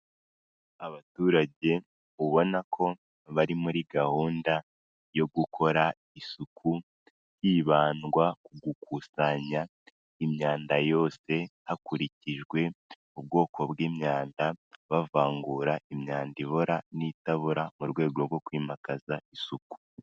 Abaturage ubona ko bari muri gahunda yo gukora isuku, hibandwa ku gukusanya imyanda yose, hakurikijwe ubwoko bw'imyanda, bavangura imyanda ibora n'itabora mu rwego rwo kwimakaza isuku.